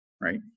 right